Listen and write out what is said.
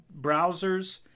browsers